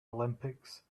olympics